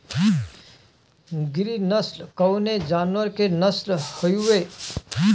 गिरी नश्ल कवने जानवर के नस्ल हयुवे?